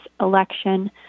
election